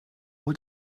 what